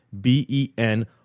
B-E-N